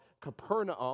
Capernaum